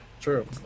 True